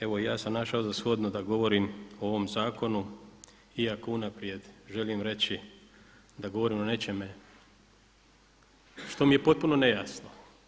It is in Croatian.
Evo ja sam našao za shodno da govorim o ovom zakonu, iako unaprijed želim reći da govorim o nečemu što mi je potpuno nejasno.